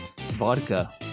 Vodka